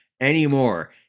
anymore